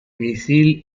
misil